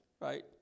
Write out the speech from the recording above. right